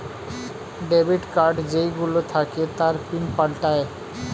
debit card যেই গুলো থাকে তার পিন পাল্টায়ে